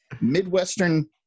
Midwestern